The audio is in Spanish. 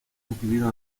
recibido